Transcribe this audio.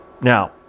Now